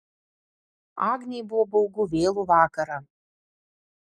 agnei buvo baugu vėlų vakarą